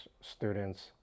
students